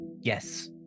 Yes